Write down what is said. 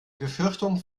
befürchtung